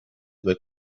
due